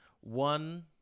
one